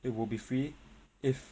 it will be free if